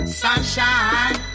sunshine